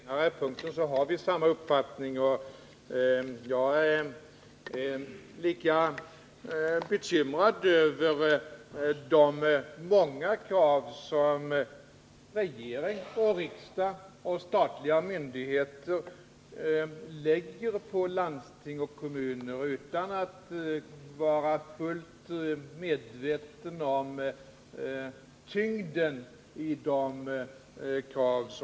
Herr talman! På den senare punkten har vi samma uppfattning. Jag är lika bekymrad som Hans Gustafsson över de många krav som regering och riksdag och statliga myndigheter lägger på landsting och kommuner, utan att vara fullt medvetna om tyngden i dessa krav.